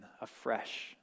afresh